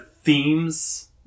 themes